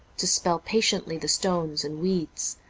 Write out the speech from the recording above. to spell patiently the stones and weeds,